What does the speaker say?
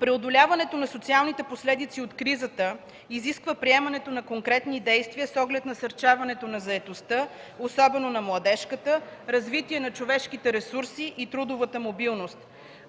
Преодоляването на социалните последици от кризата изисква приемането на конкретни действия с оглед насърчаването на заетостта, особено на младежката, развитие на човешките ресурси и трудовата мобилност.